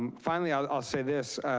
um finally, i'll i'll say this.